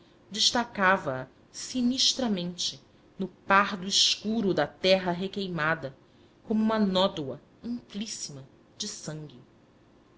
destacava a sinistramente no pardo escuro da terra requeimada como uma nódoa amplíssima de sangue